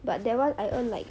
but that [one] I earn like